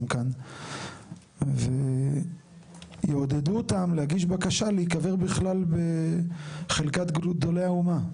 כאן ויעודדו אותם להגיש בקשה להיקבר בכלל בחלקת גדולי האומה.